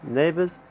neighbors